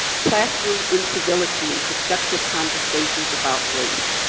classroom incivility and productive conversations about race,